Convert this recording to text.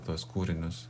tuos kūrinius